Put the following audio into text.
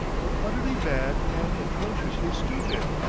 were utterly bad and atrociously stupid.